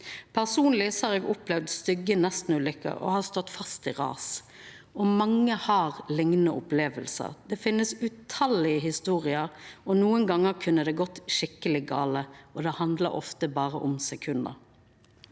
Personleg har eg opplevd stygge nestenulykker og har stått fast i ras. Mange har liknande opplevingar. Det finst tallause historier, og nokre gonger kunne det ha gått skikkeleg gale. Det handlar ofte berre om sekund.